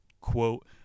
Quote